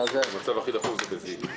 המצב הכי דחוף הוא בזיו.